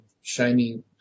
shiny